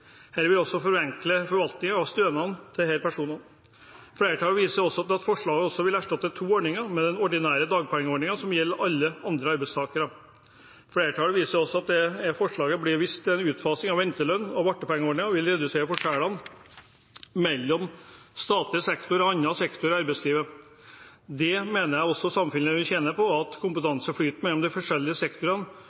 vil også forenkle forvaltningen av stønadene til disse personene. Flertallet viser til at forslaget også vil erstatte de to ordningene med den ordinære dagpengeordningen som gjelder alle andre arbeidstakere. Flertallet viser også til at det i forslaget blir vist til at en utfasing av ventelønns- og vartpengeordningene vil redusere forskjellen mellom statlig sektor og andre sektorer i arbeidslivet. Vi mener også samfunnet vil tjene på at kompetanseflyten mellom de forskjellige sektorene